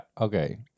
Okay